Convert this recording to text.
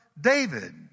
David